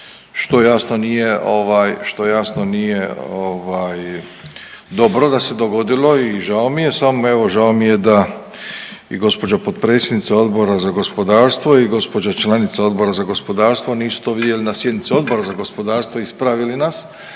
što jasno nije ovaj, dobro da se dogodilo i žao mi je, samo evo, žao mi je da i gđa potpredsjednica Odbora za gospodarstvo i gđa članica Odbora za gospodarstvo nisu to vidjeli na sjednici Odbora za gospodarstvo i ispravili nas,